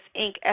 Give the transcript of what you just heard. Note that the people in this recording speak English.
Inc